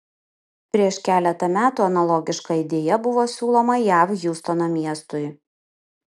prieš keletą metų analogiška idėja buvo siūloma jav hjustono miestui